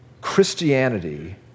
Christianity